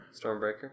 Stormbreaker